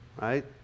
right